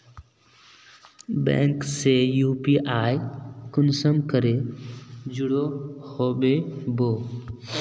Bank से UPI कुंसम करे जुड़ो होबे बो?